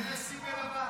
להיכנס עם מלווה,